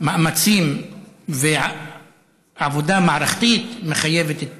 מאמצים ועבודה מערכתית מחייבים את כולנו,